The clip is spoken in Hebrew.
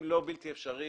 אם לא בלתי אפשרי,